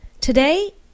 Today